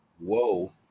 Whoa